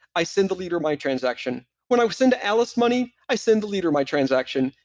i send the leader my transaction. when i send alice money, i send the leader my transaction,